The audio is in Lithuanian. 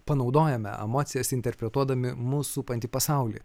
panaudojome emocijas interpretuodami mus supantį pasaulį